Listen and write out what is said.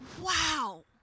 Wow